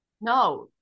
no